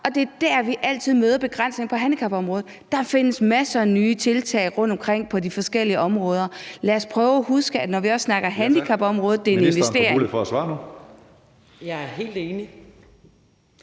og det er der, vi altid møder begrænsninger på handicapområdet. Der findes masser af nye tiltag rundtomkring på de forskellige områder. Lad os prøve at huske, at når vi også snakker handicapområdet, er det en investering. Kl.